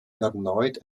erneut